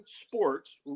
sports